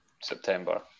September